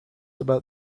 about